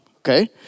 okay